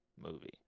movie